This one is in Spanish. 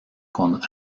con